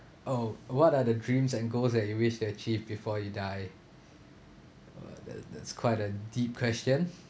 oh what are the dreams and goals that you wish to achieve before you die !wah! that that's quite a deep question